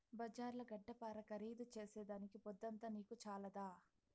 బజార్ల గడ్డపార ఖరీదు చేసేదానికి పొద్దంతా నీకు చాలదా